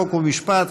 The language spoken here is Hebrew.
חוק ומשפט,